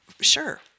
sure